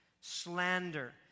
slander